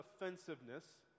offensiveness